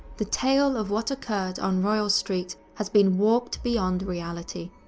the tale of what occurred on royal street has been warped beyond reality,